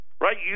Right